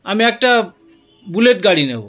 আমি একটা বুলেট গাড়ি নেবো